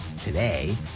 today